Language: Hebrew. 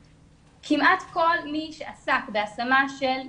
כמעט כל מי שעסק בהשמה של ילדים,